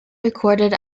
recorded